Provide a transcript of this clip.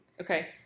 Okay